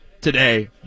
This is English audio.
today